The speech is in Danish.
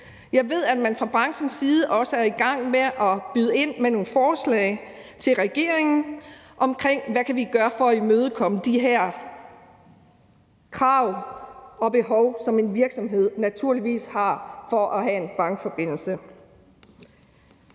Jeg ved, at man fra branchens side også er i gang med at byde ind med nogle forslag til regeringen omkring, hvad vi kan gøre for at imødekomme de her krav og behov, som en virksomhed naturligvis har for at have en bankforbindelse.